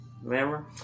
Remember